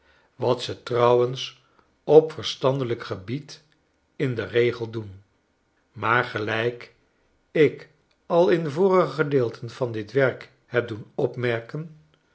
wat ze trouwens op verstandelijk gebied in den regel doen maar gelijk ik al in vorige gedeelten van dit werk heb doen opmerken